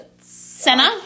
Senna